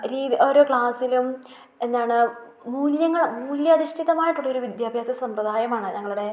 രീതി ഓരോ ക്ലാസ്സിലും എന്താണ് മൂല്യങ്ങളോ മൂല്യാധിഷ്ഠിതമായിട്ടുള്ളൊരു വിദ്യാഭ്യാസ സമ്പ്രദായമാണ് ഞങ്ങളുടെ